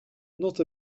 not